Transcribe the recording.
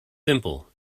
simple